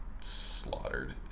slaughtered